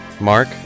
Mark